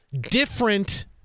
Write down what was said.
different